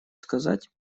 сказать